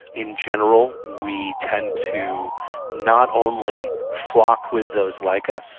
in general we tend to not only flock with those like us,